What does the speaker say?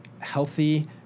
healthy